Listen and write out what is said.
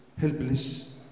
helpless